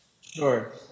sure